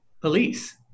police